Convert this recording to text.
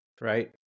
right